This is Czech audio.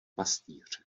pastýř